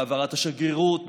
בהעברת השגרירות,